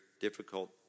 difficult